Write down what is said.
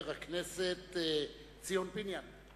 חבר הכנסת ציון פיניאן.